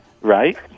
Right